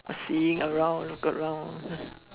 seeing around look around